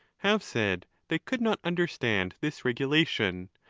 have said they could not understand this regulation,